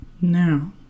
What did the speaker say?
Now